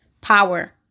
power